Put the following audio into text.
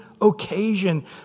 occasion